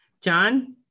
John